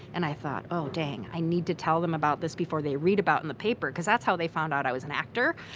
and i thought, oh, dang, i need to tell them about this before they read about it in the paper, because that's how they found out i was an actor.